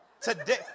Today